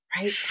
Right